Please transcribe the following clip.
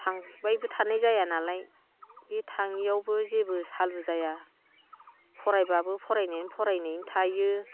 थांबायबो थानाय जायानालाय बे थाङैयावबो जेबो सालु जाया फरायब्लाबो फरायनायैनो फरायनायैनो थायो